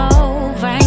over